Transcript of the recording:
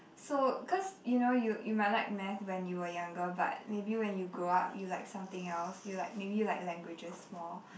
so cause you know you you might like math when you were younger but maybe when you grow up you like something else you like maybe you like languages more